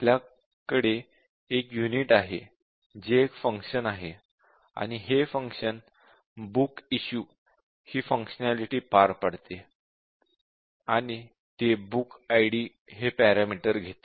आपल्याकडे एक युनिट आहे जे एक फंक्शन आहे आणि हे फंक्शन "बुक इश्यू" ही फंक्शनालिटी पार पाडते आणि ते बुक आयडी हे पॅरामीटर घेते